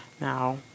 now